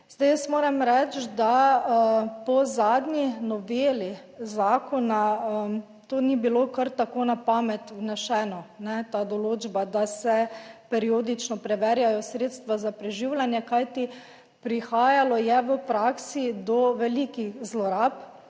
Zdaj jaz moram reči, da po zadnji noveli zakona to ni bilo kar tako na pamet vneseno, ta določba, da se periodično preverjajo sredstva za preživljanje, kajti prihajalo je v praksi do velikih zlorab